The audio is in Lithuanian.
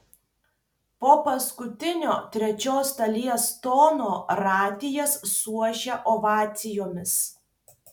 po paskutinio trečios dalies tono radijas suošia ovacijomis